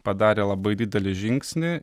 padarė labai didelį žingsnį